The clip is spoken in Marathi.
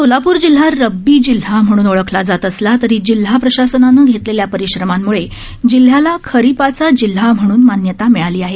सोलापूर जिल्हा रब्बी जिल्हा म्हणून ओळखला जात असला तरी जिल्हा प्रशासनानं घेतलेल्या परिश्रमांमुळे जिल्ह्याला खरिपाचा जिल्हा म्हणून मान्यता मिळाली आहे